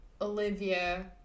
Olivia